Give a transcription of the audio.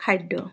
খাদ্য